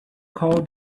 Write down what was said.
call